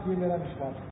ये मेरी विश्वास है